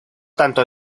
tanto